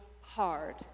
hard